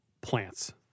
plants